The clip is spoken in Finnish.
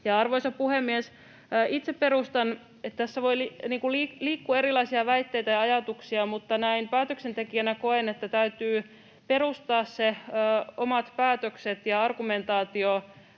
Arvoisa puhemies! Tässä voi liikkua erilaisia väitteitä ja ajatuksia, mutta näin päätöksentekijänä koen, että täytyy perustaa ne omat päätökset ja argumentaatio